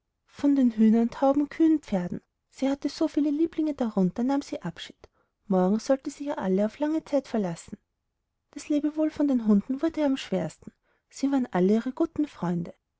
von den hühnern tauben kühen pferden sie hatte so viele lieblinge darunter nahm sie abschied morgen sollte sie ja alle auf lange zeit verlassen das lebewohl von den hunden wurde ihr am schwersten sie waren alle ihre guten freunde